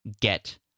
get